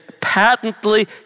patently